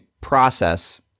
process